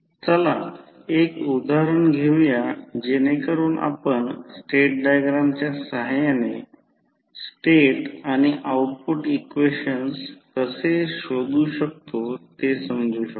चला एक उदाहरण घेऊया जेणेकरुन आपण स्टेट डायग्रामच्या सहाय्याने स्टेट आणि आउटपुट इक्वेशन कसे शोधू शकतो हे समजू शकू